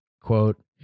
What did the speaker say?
quote